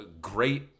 great